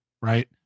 Right